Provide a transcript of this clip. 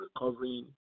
recovering